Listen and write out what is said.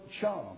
charm